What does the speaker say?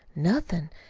nothin'.